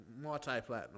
Multi-platinum